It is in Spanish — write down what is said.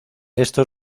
esto